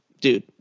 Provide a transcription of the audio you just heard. dude